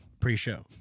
Pre-show